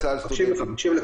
סטודנטים.